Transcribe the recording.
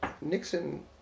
Nixon